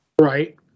Right